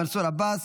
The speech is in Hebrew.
מנסור עבאס,